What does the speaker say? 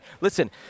Listen